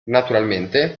naturalmente